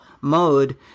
mode